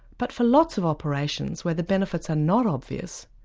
but for lots of operations where the benefits are not obvious,